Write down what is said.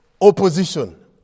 opposition